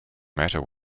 matter